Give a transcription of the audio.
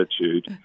attitude